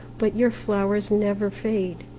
but your flowers never fade,